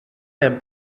der